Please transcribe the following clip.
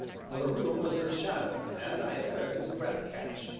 for the room was in shadow, and i heard his breath catch,